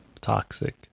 toxic